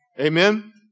Amen